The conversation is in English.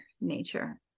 nature